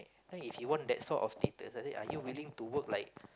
right if you want that sort of status I say are you willing to work like